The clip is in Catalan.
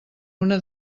una